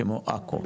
כמו עכו,